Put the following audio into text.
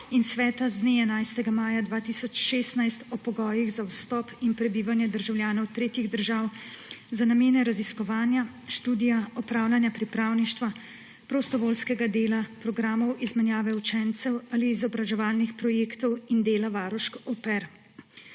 in Sveta, z dne 11. maja 2016, o pogojih za vstop in prebivanje državljanov tretjih držav za namene raziskovanja, študija, opravljanja pripravništva, prostovoljskega dela, programov izmenjave učencev ali izobraževalnih projektov in dela varušk au